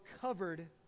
covered